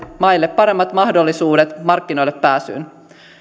maille paremmat mahdollisuudet markkinoillepääsyyn